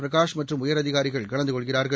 பிரகாஷ் மற்றும் உயரதிகாரிகள் கலந்து கொள்கிறார்கள்